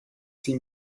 see